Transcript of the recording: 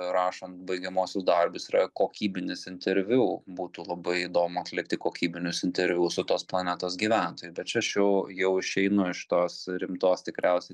rašant baigiamuosius darbus yra kokybinis interviu būtų labai įdomu atlikti kokybinius interviu su tos planetos gyventojai bet čia aš jau išeinu iš tos rimtos tikriausiai